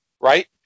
Right